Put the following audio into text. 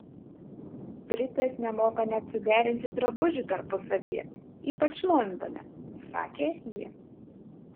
britės nemoka net suderinti drabužių tarpusavyje ypač londone sakė ji